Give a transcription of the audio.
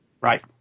Right